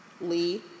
Lee